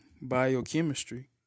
biochemistry